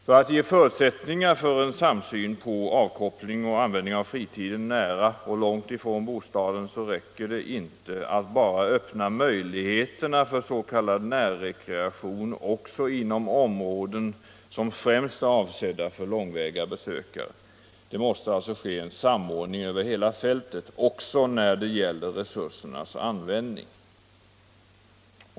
För att ge förutsättningar för en samsyn på avkoppling och användning av fritiden nära och långt ifrån bostaden räcker det inte att bara öppna möjligheter för s.k. närrekreation också inom områden som främst är avsedda för långväga besökare. Det måste alltså ske en samordning över hela fältet också när det gäller resursernas användning.